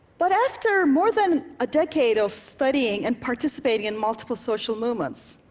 but after more than a decade of studying and participating in multiple social movements,